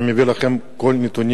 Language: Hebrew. אני מביא לכם את כל הנתונים